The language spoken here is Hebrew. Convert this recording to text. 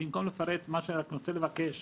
רוצה לבקש